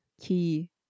key